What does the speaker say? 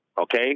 Okay